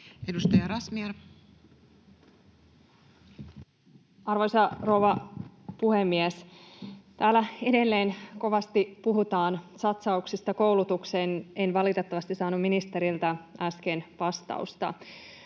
13:05 Content: Arvoisa rouva puhemies! Täällä edelleen kovasti puhutaan satsauksista koulutukseen. En valitettavasti saanut ministeriltä äsken vastausta.